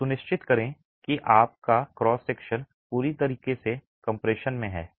तो सुनिश्चित करें कि आपका क्रॉस सेक्शन पूरी तरह से कंप्रेशन में है